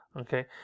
okay